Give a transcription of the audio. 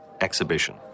Exhibition